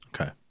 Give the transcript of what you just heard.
Okay